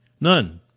None